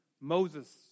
Moses